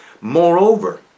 Moreover